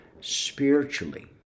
spiritually